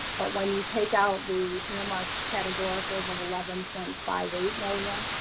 but when you take out the earmark categoricals of eleven point five eight million,